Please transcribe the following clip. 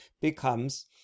becomes